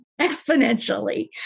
exponentially